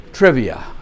Trivia